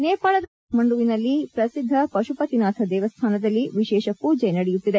ನೇಪಾಳದ ರಾಜಧಾನಿ ಕಕ್ಕಂಡುವಿನಲ್ಲಿ ಪ್ರಸಿದ್ದ ಪಶುಪತಿನಾಥ ದೇವಸ್ಥಾನದಲ್ಲಿ ವಿಶೇಷ ಪೂಜೆ ನಡೆಯುತ್ತಿದೆ